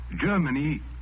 Germany